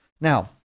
Now